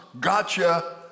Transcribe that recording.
Gotcha